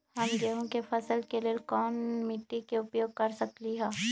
हम गेंहू के फसल के लेल कोन मिट्टी के उपयोग कर सकली ह?